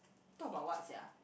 talk about what sia